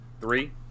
three